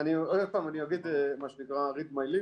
עוד פעם, אני אגיד מה שנקרא read my lips